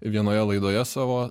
vienoje laidoje savo